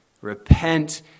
Repent